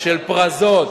של "פרזות"